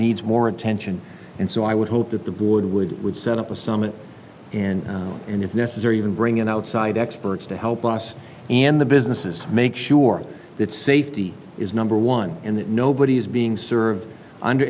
needs more attention and so i would hope that the board would would set up a summit and if necessary even bring in outside experts to help us and the businesses make sure that safety is number one and that nobody is being served under